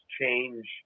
change